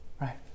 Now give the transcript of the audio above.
Right